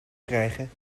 krijgen